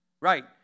right